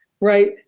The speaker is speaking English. right